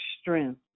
strength